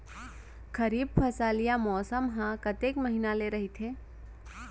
खरीफ फसल या मौसम हा कतेक महिना ले रहिथे?